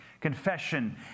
Confession